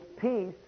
peace